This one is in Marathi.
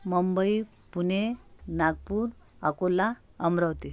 मुंबई पुणे नागपूर अकोला अमरावती